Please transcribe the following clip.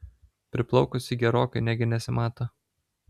priplaukus ji gerokai negi nesimato